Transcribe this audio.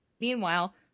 Meanwhile